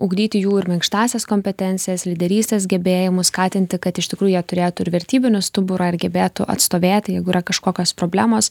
ugdyti jų ir minkštąsias kompetencijas lyderystės gebėjimus skatinti kad iš tikrųjų jie turėtų ir vertybinį stuburą ir gebėtų atstovėti jeigu yra kažkokios problemos